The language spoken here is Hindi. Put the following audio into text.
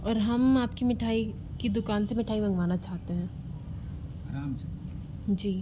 और हम आपकी मिठाई की दुकान से मिठाई मंगवाना चाहते हैं जी